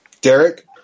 Derek